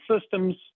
systems